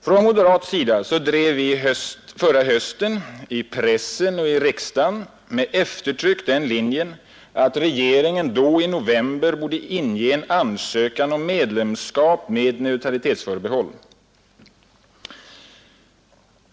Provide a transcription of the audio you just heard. Från moderat sida drev vi förra hösten i pressen och i riksdagen med eftertryck den linjen att regeringen då i november borde inge en ansökan om medlemskap med neutralitetsförbehåll.